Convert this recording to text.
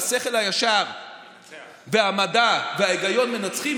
כשהשכל הישר והמדע וההיגיון מנצחים,